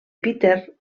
peter